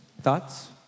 Thoughts